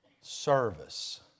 service